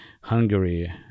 Hungary